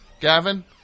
Gavin